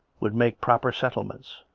would make proper settlements.